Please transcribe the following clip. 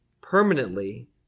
permanently